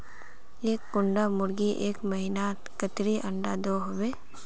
एक कुंडा मुर्गी एक महीनात कतेरी अंडा दो होबे?